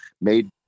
made